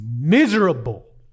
miserable